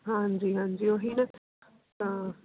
ਹਾਂਜੀ ਹਾਂਜੀ ਉਹੀ ਹੈ ਨਾ ਤਾਂ